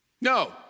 no